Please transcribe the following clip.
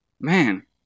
man